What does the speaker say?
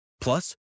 Plus